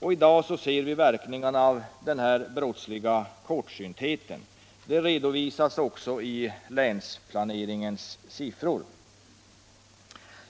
I dag ser vi verkningarna av den här brottsliga kortsyntheten, som också framgår av länsplaneringens siffror.